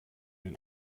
den